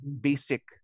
basic